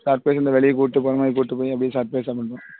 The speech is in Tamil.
சர்ப்ரைஸ் இந்த வெளியே கூட்டு போகிற மாதிரி கூட்டு போய் அப்படியே சப்ரைஸாக பண்ணுறோம்